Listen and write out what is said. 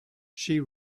she